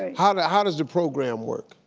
how does how does the program work?